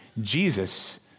Jesus